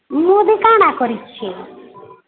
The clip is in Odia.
ମୋଦୀ କାଣା କରିଛି